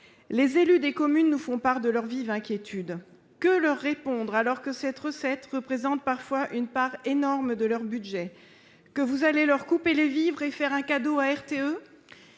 Les élus des communes nous font part de leur vive inquiétude. Que leur répondre alors que cette recette représente parfois une part considérable de leur budget ? Que vous allez leur couper les vivres et faire un cadeau à RTE ?